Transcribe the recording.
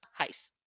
Heist